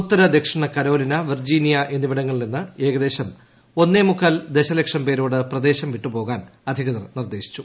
ഉത്തര ദക്ഷിണ Carolina Virginia എന്നിവിടങ്ങളിൽ നിന്ന് ഏകദേശം ഒന്നേമുക്കാൽ ദൾലക്ഷം പേരോട് പ്രദേശം വിട്ടുപോകാൻ അധികൃത്ർ നിർദ്ദേശിച്ചു